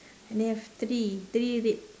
and they have three three clip